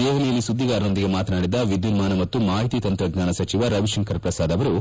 ದೆಹಲಿಯಲ್ಲಿ ಸುದ್ದಿಗಾರರೊಂದಿಗೆ ಮಾತನಾಡಿದ ವಿದ್ಯುನ್ನಾನ ಮತ್ತು ಮಾಹಿತಿ ತಂತ್ರಜ್ಞಾನ ಸಚಿವ ರವಿಶಂಕರ್ ಪ್ರಸಾದ್ ಅವರು